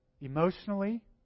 emotionally